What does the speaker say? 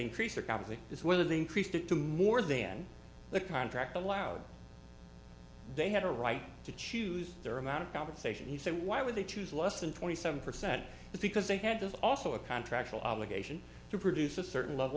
increase or conversely it's whether they increased it to more than the contract allowed they had a right to choose their amount of compensation he said why would they choose less than twenty seven percent because they had there's also a contractual obligation to produce a certain level